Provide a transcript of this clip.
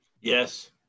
Yes